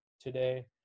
today